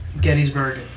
Gettysburg